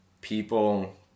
people